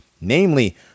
namely